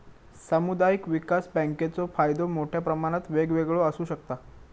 सामुदायिक विकास बँकेचो फायदो मोठ्या प्रमाणात वेगवेगळो आसू शकता